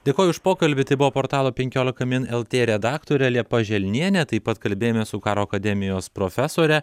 dėkoju už pokalbį tai buvo portalo penkiolika min lt redaktorė liepa želnienė taip pat kalbėjome su karo akademijos profesore